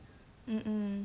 mm mm